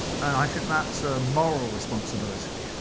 and i think that's a moral responsibility.